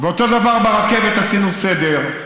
ואותו דבר ברכבת, עשינו סדר.